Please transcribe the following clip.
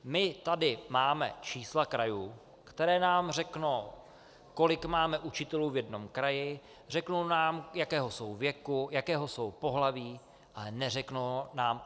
My tady máme čísla krajů, které nám řeknou, kolik máme učitelů v jednom kraji, řeknou nám, jakého jsou věku, jakého jsou pohlaví, ale neřeknou nám aprobovanost.